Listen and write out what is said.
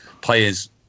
players